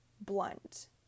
blunt